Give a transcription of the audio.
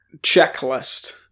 checklist